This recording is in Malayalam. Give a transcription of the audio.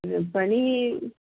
ഇത് പണി